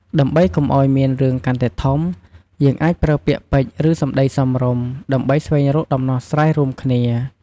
ដើម្បីកុំឲ្យមានរឿងកាន់តែធំ យើងអាចប្រើពាក្យពេចន៌ ឬ សំដីសមរម្យ ដើម្បីស្វែងរកដំណោះស្រាយរួមគ្នា។